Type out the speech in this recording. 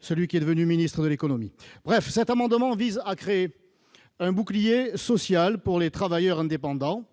celui qui est devenu ministre de l'économie. Le présent amendement vise à créer un bouclier social pour les travailleurs indépendants.